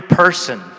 person